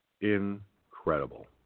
Incredible